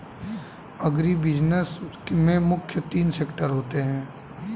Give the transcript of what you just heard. agribusiness में मुख्य तीन सेक्टर होते है